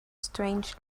strange